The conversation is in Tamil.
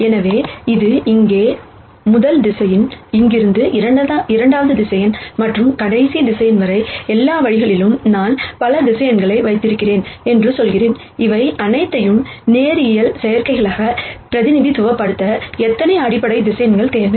எனவே இது இங்கே முதல் வெக்டர்ஸ் இங்கிருந்து இரண்டாவது வெக்டர் மற்றும் கடைசி வெக்டர் வரை எல்லா வழிகளிலும் நான் பல வெக்டர்ஸ் வைத்திருக்கிறேன் என்று சொல்கிறேன் இவை அனைத்தையும் லீனியர் காம்பினேஷன் பிரதிநிதித்துவப்படுத்த எத்தனை அடிப்படை வெக்டர்ஸ் தேவை